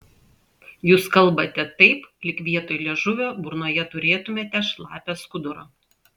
jūs kalbate taip lyg vietoj liežuvio burnoje turėtumėte šlapią skudurą